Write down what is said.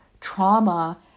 trauma